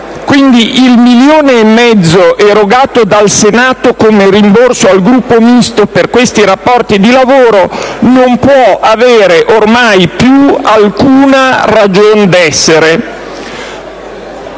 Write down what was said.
Quindi il milione e mezzo erogato dal Senato come rimborso al Gruppo Misto per almeno dodici di questi rapporti di lavoro non può avere più alcuna ragion d'essere.